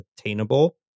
attainable